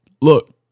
Look